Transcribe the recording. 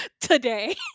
Today